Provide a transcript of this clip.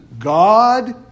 God